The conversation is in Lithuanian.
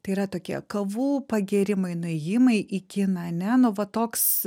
tai yra tokie kavų pagėrimai nuėjimai į kiną ane nu va toks